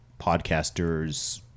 podcasters